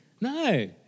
No